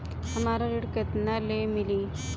हमरा ऋण केतना ले मिली?